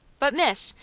but, miss,